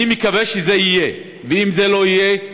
אני מקווה שזה יהיה, ואם זה לא יהיה,